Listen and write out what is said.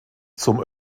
zum